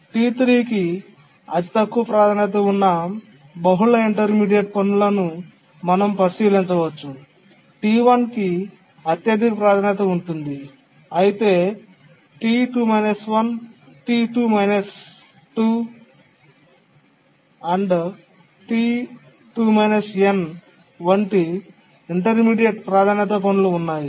T3 కి అతి తక్కువ ప్రాధాన్యత ఉన్న బహుళ ఇంటర్మీడియట్ పనులను మనం పరిశీలించవచ్చు T1 కి అత్యధిక ప్రాధాన్యత ఉంటుంది అయితే T2 1 T2 2 T2 n వంటి ఇంటర్మీడియట్ ప్రాధాన్యతా పనులు ఉన్నాయి